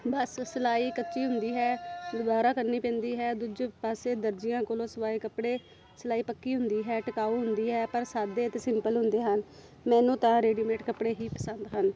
ਬੱਸ ਸਿਲਾਈ ਕੱਚੀ ਹੁੰਦੀ ਹੈ ਦੁਬਾਰਾ ਕਰਨੀ ਪੈਂਦੀ ਹੈ ਦੂਜੇ ਪਾਸੇ ਦਰਜੀਆਂ ਕੋਲੋਂ ਸਵਾਏ ਕੱਪੜੇ ਸਿਲਾਈ ਪੱਕੀ ਹੁੰਦੀ ਹੈ ਟਿਕਾਊ ਹੁੰਦੀ ਹੈ ਪਰ ਸਾਦੇ ਅਤੇ ਸਿੰਪਲ ਹੁੰਦੇ ਹਨ ਮੈਨੂੰ ਤਾਂ ਰੈਡੀਮੇਟ ਕੱਪੜੇ ਹੀ ਪਸੰਦ ਹਨ